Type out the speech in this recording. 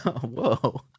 Whoa